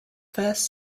first